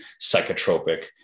psychotropic